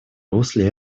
русле